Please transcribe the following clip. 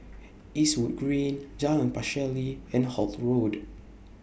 Eastwood Green Jalan Pacheli and Holt Road